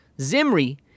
Zimri